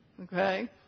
Okay